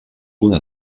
una